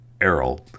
Errol